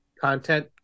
content